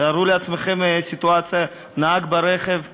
תארו לעצמכם סיטואציה: נהג ברכב מעשן,